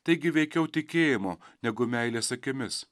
taigi veikiau tikėjimo negu meilės akimis